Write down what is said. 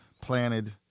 planted